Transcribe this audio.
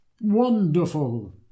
Wonderful